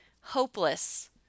hopeless